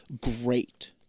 great